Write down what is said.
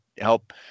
help